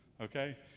Okay